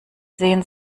sehen